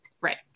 Right